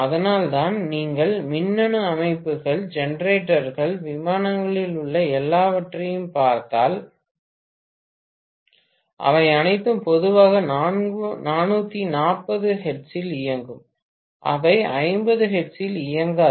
அதனால்தான் நீங்கள் மின்னணு அமைப்புகள் ஜெனரேட்டர்கள் விமானங்களில் உள்ள எல்லாவற்றையும் பார்த்தால் அவை அனைத்தும் பொதுவாக 400 ஹெர்ட்ஸில் இயங்கும் அவை 50 ஹெர்ட்ஸில் இயங்காது